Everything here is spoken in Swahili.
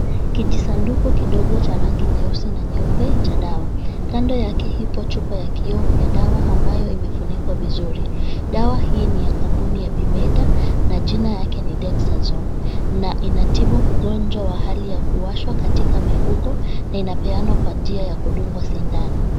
Kijisanduku kidogo cha rangi nyeusi na nyeupe cha dawa. Kando yake ipo chupa ya kioo ya dawa ambayo imefunikwa vizuri. Dawa hii ni ya kampuni ya Bimeda na jina yake ni Dexazone na inatibu ugonjwa wa hali ya kuwashwa katika mifugo na inapeanwa kwa njia ya kudungwa sindano.